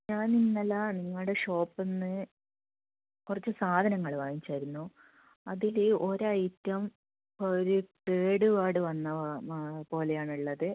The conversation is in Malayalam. ഞാൻ ഇന്നലെ നിങ്ങളു ടെ ഷോപ്പിൽ നിന്ന് കുറച്ച് സാധനങ്ങൾ വാങ്ങിച്ചായിരുന്നു അതിൽ ഒരു ഐറ്റം ഒരു കേട് പാട് വന്ന പോലെയാണ് ഉള്ളത്